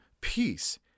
peace